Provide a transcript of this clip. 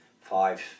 five